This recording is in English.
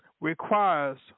requires